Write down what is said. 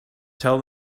tell